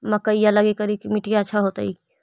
मकईया लगी करिकी मिट्टियां अच्छा होतई